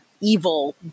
evil